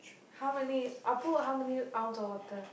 how many Appu how many ounce of water